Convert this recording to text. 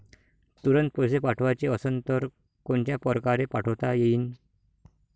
तुरंत पैसे पाठवाचे असन तर कोनच्या परकारे पाठोता येईन?